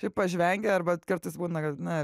tipo žvengia arba kartais būna kad na